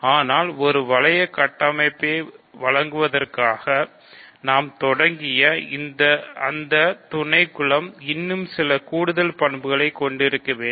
ஆனால் ஒரு வளைய கட்டமைப்பை வழங்குவதற்காக நாம் தொடங்கிய அந்த துணைக்குலம் இன்னும் சில கூடுதல் பண்புகளைக் கொண்டிருக்க வேண்டும்